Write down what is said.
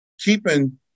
keeping